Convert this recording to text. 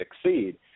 succeed